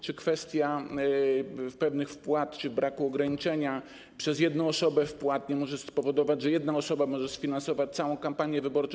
Czy kwestia pewnych wpłat czy braku ograniczenia przez jedną osobę wpłat nie może spowodować, że jedna osoba może sfinansować całą kampanię wyborczą?